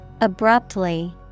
Abruptly